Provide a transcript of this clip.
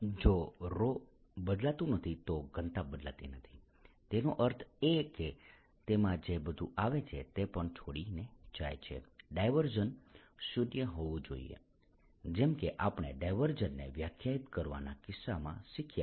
j∂ρ∂t0 જો ρ બદલાતું નથી તો ઘનતા બદલાતી નથી તેનો અર્થ એ કે તેમાં જે બધું આવે છે તે પણ છોડીને જાય છે ડાયવર્જન્સ શૂન્ય હોવું જોઈએ જેમ કે આપણે ડાયવર્જન્સ ને વ્યાખ્યાયિત કરવાના કિસ્સામાં શીખ્યા